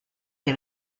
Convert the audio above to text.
que